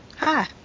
Hi